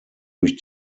durch